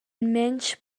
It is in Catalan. menys